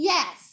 Yes